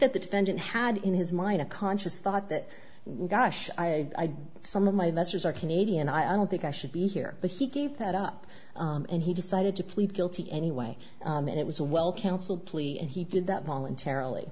that the defendant had in his mind a conscious thought that gosh i some of my investors are canadian i don't think i should be here but he gave that up and he decided to plead guilty anyway and it was a well counsel plea and he did that voluntarily